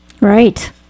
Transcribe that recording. Right